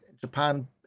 Japan